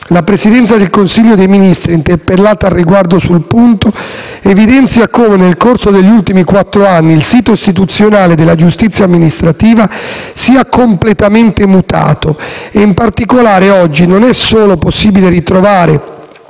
la Presidenza del Consiglio dei ministri, interpellata al riguardo, evidenzia come, nel corso degli ultimi quattro anni, il sito istituzionale della giustizia amministrativa sia completamente mutato e, in particolare, oggi non solo è possibile ritrovare